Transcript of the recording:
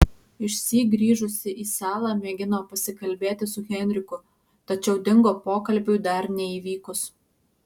išsyk grįžusi į salą mėgino pasikalbėti su henriku tačiau dingo pokalbiui dar neįvykus